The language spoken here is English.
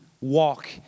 walk